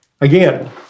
again